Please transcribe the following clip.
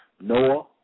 Noah